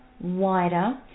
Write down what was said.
wider